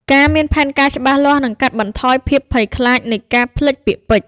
ការមានផែនការច្បាស់លាស់នឹងកាត់បន្ថយភាពភ័យព្រួយនៃការភ្លេចពាក្យពេចន៍។